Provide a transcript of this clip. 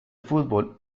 fútbol